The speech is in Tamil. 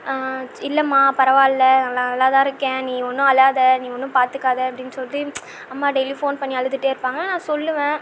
இல்லைம்மா பரவாயில்ல நான் நல்லாதான் இருக்கேன் நீ ஒன்றும் அழாதே நீ ஒன்றும் பார்த்துக்காத அப்படின்னு சொல்லிட்டு அம்மா டெய்லி ஃபோன் பண்ணி அழுதுகிட்டேருப்பாங்க நான் சொல்லுவேன்